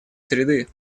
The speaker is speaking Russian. среды